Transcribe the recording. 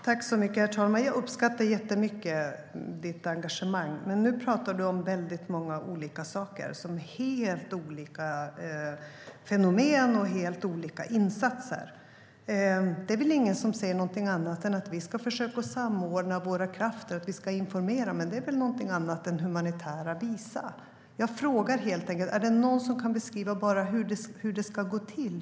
Herr talman! Jag uppskattar jättemycket ditt engagemang, Désirée Pethrus, men nu talar du om väldigt många olika saker. Det är helt olika fenomen och helt olika insatser. Det är väl ingen som säger någonting annat än att vi ska försöka samordna våra krafter och att vi ska informera. Men det är väl någonting annat än humanitära visum. Jag frågar helt enkelt: Är det någon som kan beskriva hur det ska gå till?